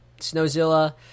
Snowzilla